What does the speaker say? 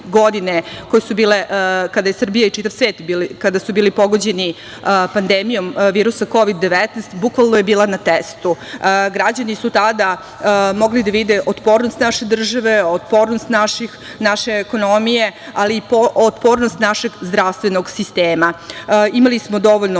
godine koje su bile kada je Srbija i čitav svet, kada su bili pogođeni pandemijom virosom Kovdi-19, bukvalno je bila na testu. Građani su tada mogli da vide otpornost naše države, otpornost naše ekonomije, ali i otpornost našeg zdravstvenog sistema. Imali smo dovoljno